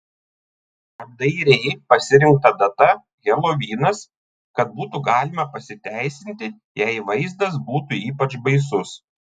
apdairiai pasirinkta data helovinas kad būtų galima pasiteisinti jei vaizdas būtų ypač baisus